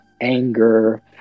anger